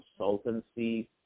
consultancy